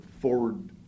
forward